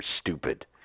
stupid